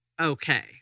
okay